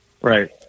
Right